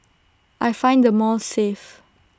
I find the malls safe